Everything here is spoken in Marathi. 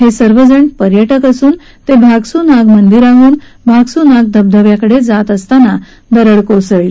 हे सर्वजण पर्याक्र असून ते भागसू नाग मंदीराहून भागसू नाग धबधब्याकडे जात असताना दरड कोसळली